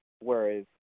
whereas